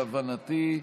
להבנתי,